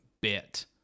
bit